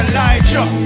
Elijah